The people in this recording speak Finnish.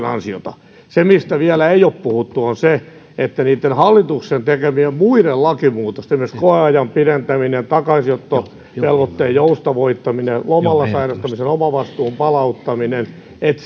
ansiota se mistä ei vielä ole puhuttu on se että hallituksen tekemien muiden lakimuutosten esimerkiksi koeajan pidentäminen takaisinottovelvoitteen joustavoittaminen lomalla sairastamisen omavastuun palauttaminen et